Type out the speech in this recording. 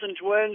twins